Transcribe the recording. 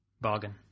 Bargain